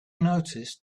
noticed